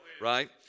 right